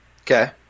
Okay